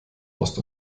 ost